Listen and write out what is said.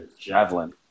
javelin